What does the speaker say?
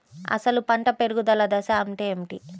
అసలు పంట పెరుగుదల దశ అంటే ఏమిటి?